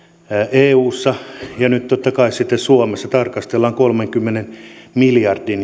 eussa ja nyt totta kai sitten suomessa tarkastellaan kolmenkymmenen miljardin